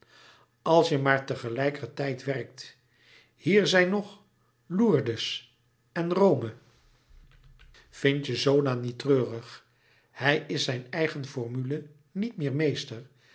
als je maar tegelijkertijd werkt hier zijn nog lourdes en rome vindt je zola niet treurig hij is zijn eigen formule niet meer meester